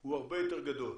הוא הרבה יותר גדול.